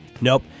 Nope